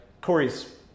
Corey's